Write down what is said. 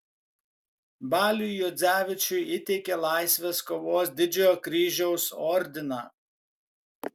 baliui juodzevičiui įteikė laisvės kovos didžiojo kryžiaus ordiną